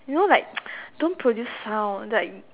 you know like don't produce sound like